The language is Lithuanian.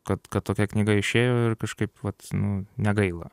kad kad tokia knyga išėjo ir kažkaip vat nu negaila